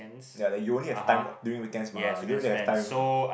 ya like you only have time during weekends mah you don't really have time